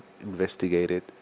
investigated